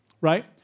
Right